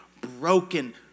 broken